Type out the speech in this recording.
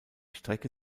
strecke